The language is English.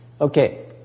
Okay